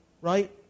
Right